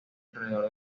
alrededor